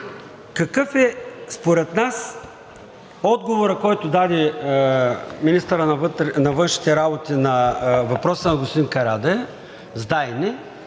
Какъв е според нас отговорът, който даде министърът на външните работи на въпроса на господин Карадайъ,